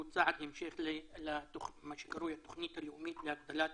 שהוא צעד למה שקרוי התוכנית הלאומית להגדלת